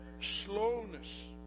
slowness